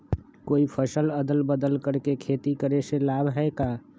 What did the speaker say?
कोई फसल अदल बदल कर के खेती करे से लाभ है का?